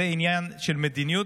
זה עניין של מדיניות,